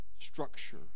structure